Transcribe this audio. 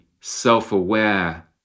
self-aware